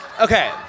okay